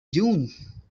june